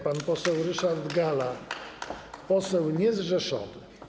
Pan poseł Ryszard Galla, poseł niezrzeszony.